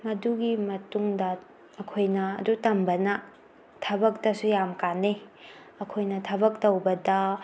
ꯑꯗꯨꯒꯤ ꯃꯇꯨꯡꯗ ꯑꯩꯈꯣꯏꯅ ꯑꯗꯨ ꯇꯝꯕꯅ ꯊꯕꯛꯇꯁꯨ ꯌꯥꯝ ꯀꯥꯟꯅꯩ ꯑꯩꯈꯣꯏꯅ ꯊꯕꯛ ꯇꯧꯕꯗ